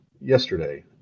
yesterday